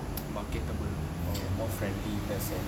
marketable or more friendly in that sense